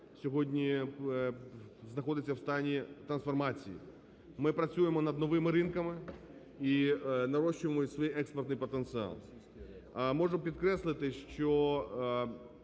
сьогодні знаходиться в стані трансформації. Ми працюємо над новими ринками і нарощуємо свій експортний потенціал. Можу підкреслити, що